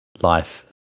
life